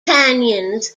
canyons